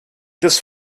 this